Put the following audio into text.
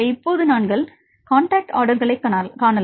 எனவே இப்போது நாங்கள் காண்டாக்ட் ஆர்டர்களைக் காணலாம்